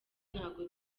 ntabwo